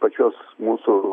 pačios mūsų